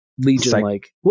Legion-like